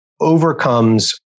overcomes